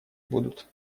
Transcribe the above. будут